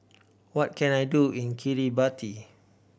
what can I do in Kiribati